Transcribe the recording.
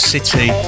City